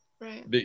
right